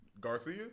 Garcia